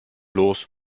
los